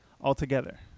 altogether